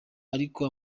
ariko